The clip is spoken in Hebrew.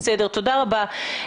תודה רבה.